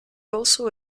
also